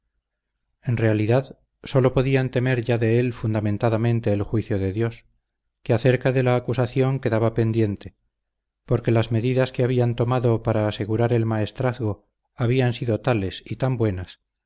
en realidad sólo podían temer ya de él fundadamente el juicio de dios que acerca de la acusación quedaba pendiente porque las medidas que habían tomado para asegurar el maestrazgo habían sido tales y tan buenas